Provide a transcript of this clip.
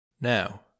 Now